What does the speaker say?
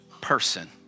person